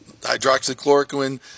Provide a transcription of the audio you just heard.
hydroxychloroquine